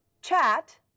Chat